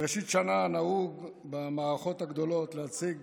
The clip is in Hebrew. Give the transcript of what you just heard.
בראשית שנה נהוג במערכות הגדולות להציג